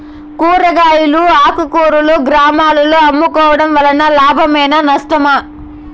కూరగాయలు ఆకుకూరలు గ్రామాలలో అమ్ముకోవడం వలన లాభమేనా నష్టమా?